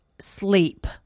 sleep